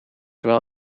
well